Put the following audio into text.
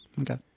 Okay